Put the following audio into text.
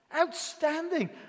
Outstanding